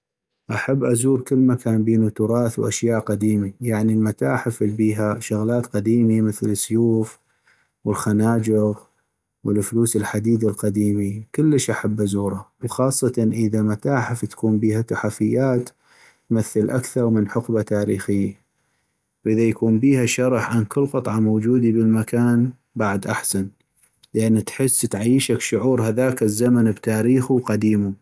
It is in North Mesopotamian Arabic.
احب ازور كل مكان بينو تراث وأشياء قديمي ، يعني المتاحف البيها شغلات قديمي مثل السيوف والخناجغ والفلوس الحديد القديمي كلش احب ازوره، وخاصة إذا متاحف تكون بيها تحفيات تمثل أكثغ من حقبة تاريخيي ، واذا يكون بيها شرح عن كل قطعة موجودي بالمكان بعد احسن لان تحس تعيشك شعور هذاك الزمن بتاريخو وقديمو.